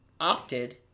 opted